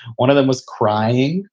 one of them was crying,